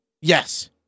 Yes